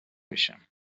بشم